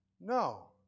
No